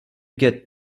get